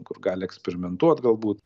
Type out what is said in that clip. kur gali eksperimentuot galbūt